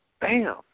bam